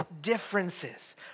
differences